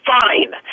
fine